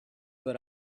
but